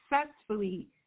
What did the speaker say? successfully